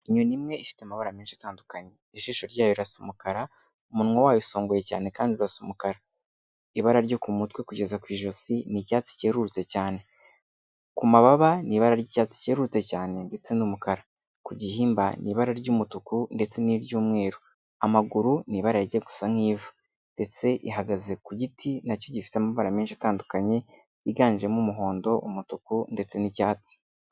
Inyoni imwe ifite amabara menshi atandukanye. Ijisho ryayo rirasa umukara, umunwa wayo usongoye cyane kandi ugasa umukara. Ibara ryo ku mutwe kugeza ku ijosi ni icyatsi cyerurutse cyane. Ku mababa ni ibara ry'icyatsi cyerurutse cyane ndetse n'umukara. Ku gihimba ni ibara ry'umutuku ndetse n'iry'umweru. Amaguru ni ibara rijya gusa nk'ivu. Ndetse ihagaze ku giti na cyo gifite amabara menshi atandukanye, yiganjemo umuhondo, umutuku ndetse n'icyatsi.